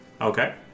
Okay